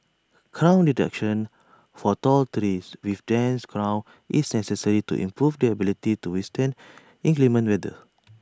crown reduction for tall trees with dense crowns is sense to improve their ability to withstand inclement weather